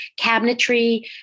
cabinetry